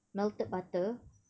melted butter